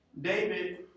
David